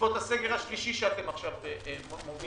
בעקבות הסגר השלישי, שאתם עכשיו מובילים,